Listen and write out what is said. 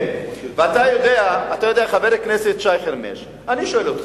ואתה יודע, חבר הכנסת שי חרמש, אני שואל אותך,